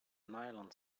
nylon